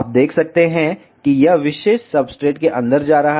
आप देख सकते हैं कि यह इस विशेष सब्सट्रेट के अंदर जा रहा है